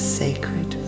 sacred